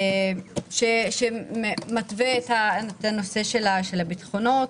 שמתווה את הנושא של הביטחונות.